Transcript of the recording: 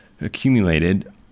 accumulated